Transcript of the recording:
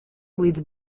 līdz